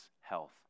health